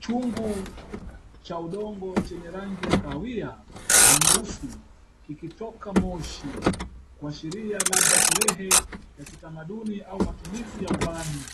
Chungu cha udongo chenye rangi ya kahawia na nyeusi kikitoka moshi kuashiria labda sherehe ya kitamaduni au matumizi ya ubani.